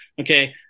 Okay